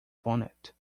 bonnet